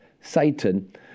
Satan